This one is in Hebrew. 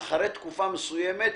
במייל אחרי תקופה מסוימת,